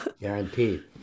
guaranteed